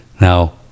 Now